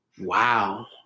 Wow